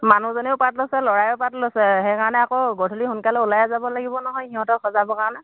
মানুহজনেও পাৰ্ট লৈছে ল'ৰাইও পাৰ্ট লৈছে সেইকাৰণে আকৌ গধূলি সোনকালে ওলাই যাব লাগিব নহয় সিহঁতক সজাবৰ কাৰণে